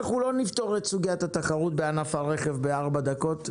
אנחנו לא נפתור את סוגיית התחרות בענף הרכב ב-4 דקות.